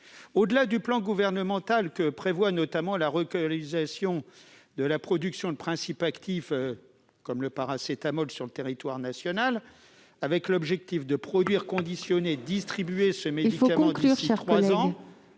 Au-delà du plan gouvernemental, qui prévoit notamment la relocalisation de la production de principes actifs- comme le paracétamol -sur le territoire national, avec l'objectif de produire, conditionner et distribuer ce médicament d'ici à trois ans